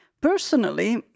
Personally